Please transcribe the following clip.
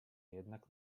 jednak